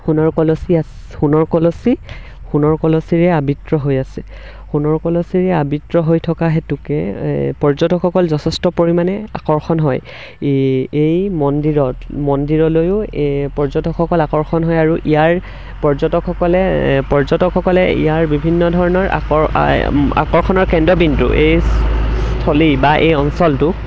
সোণৰ কলচী আছিল সোণৰ কলচী সোণৰ কলচীৰে আবৃত্ত হৈ আছে সোণৰ কলচীৰে আবৃত্ত হৈ থকা হেতুকে পৰ্যটকসকল যথেষ্ট পৰিমাণে আকৰ্ষণ হয় এই এই মন্দিৰত মন্দিৰলৈয়ো এই পৰ্যটকসকল আকৰ্ষণ হয় আৰু ইয়াৰ পৰ্যটকসকলে পৰ্যটকসকলে ইয়াৰ বিভিন্ন ধৰণৰ আকৰ আকৰ্ষণৰ কেন্দ্ৰবিন্দু এই স্থলী বা এই অঞ্চলটো